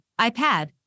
iPad